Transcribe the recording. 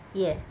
yeah